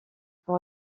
pour